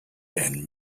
and